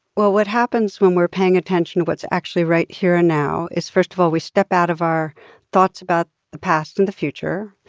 well, what happens when we're paying attention to what's actually right here and now is, first of all, we step out of our thoughts about the past and the future.